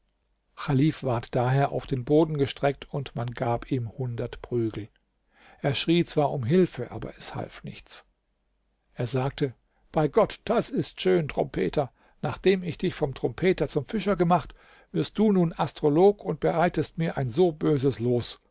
ward daher auf den boden gestreckt und man gab ihm hundert prügel er schrie zwar um hilfe aber es half nichts er sagte bei gott das ist schön trompeter nachdem ich dich vom trompeter zum fischer gemacht wirst du nun astrolog und bereitest mir ein so böses los